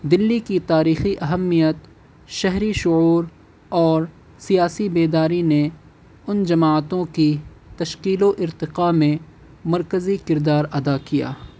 دلی کی تاریخی اہمیت شہری شعور اور سیاسی بیداری نے ان جماعتوں کی تشکیل و ارتقاء میں مرکزی کردار ادا کیا